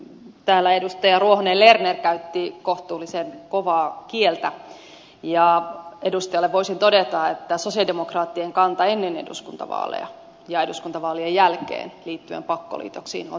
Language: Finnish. täällä edustaja ruohonen lerner käytti kohtuullisen kovaa kieltä ja edustajalle voisin todeta että sosialidemokraattien kanta ennen eduskuntavaaleja ja eduskuntavaalien jälkeen liittyen pakkoliitoksiin on täysin sama